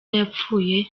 yapfuye